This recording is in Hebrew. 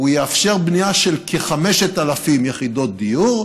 הוא יאפשר בנייה של כ-5,000 יחידות דיור,